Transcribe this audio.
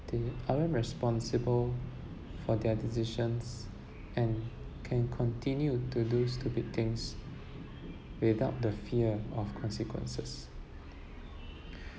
they aren't responsible for their decisions and can continue to do stupid things without the fear of consequences